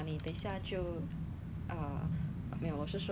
actually 我还是算 err